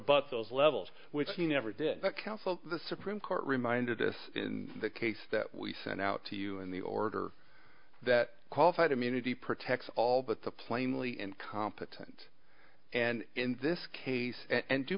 rebut those levels which he never did the council the supreme court reminded us in the case that we sent out to you in the order that qualified immunity protects all but the plainly incompetent and in this case and